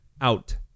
out